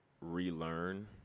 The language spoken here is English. relearn